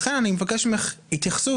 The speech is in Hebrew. לכן אני מקש ממך התייחסות